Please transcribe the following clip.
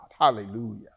Hallelujah